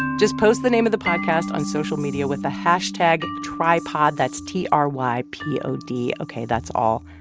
just post the name of the podcast on social media with the hashtag trypod. that's t r y p o d. ok, that's all.